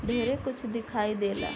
ढेरे कुछ दिखाई देला